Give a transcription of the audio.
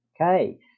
Okay